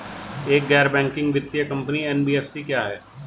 एक गैर बैंकिंग वित्तीय कंपनी एन.बी.एफ.सी क्या है?